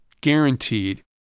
Guaranteed